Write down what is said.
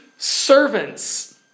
Servants